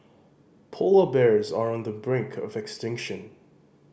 polar bears are on the brink of extinction